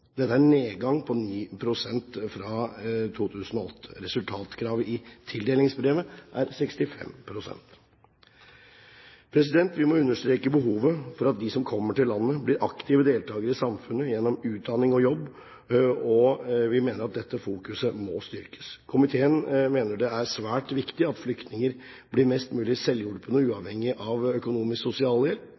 Dette er en nedgang på 9 prosentpoeng fra 2008. Resultatkravet i tildelingsbrevet er 65 pst. Vi må understreke behovet for at de som kommer til landet, blir aktive deltakere i samfunnet gjennom utdanning og jobb. Vi mener at fokuseringen på dette må styrkes. Komiteen mener det er svært viktig at flyktningene blir mest mulig selvhjulpne og uavhengige av økonomisk sosialhjelp.